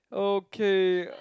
okay